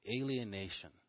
alienation